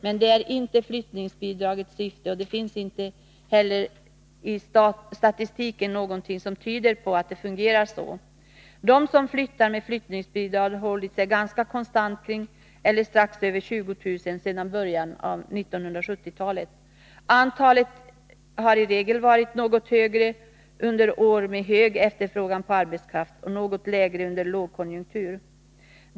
Men det är inte flyttningsbidragets syfte, och det finns heller ingenting i statistiken som tyder på att det fungerar så. Antalet människor som flyttar med flyttningsbidrag har hållit sig ganska konstant kring eller strax över 20 000 sedan början på 1970-talet. Antalet har i regel varit något större under år med stor efterfrågan på arbetskraft och något mindre under lågkonjunktur.